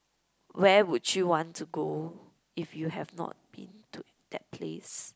where would you want to go if you have not been to that place